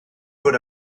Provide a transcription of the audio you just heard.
fod